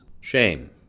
Shame